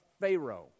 Pharaoh